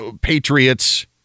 Patriots